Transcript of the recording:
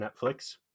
Netflix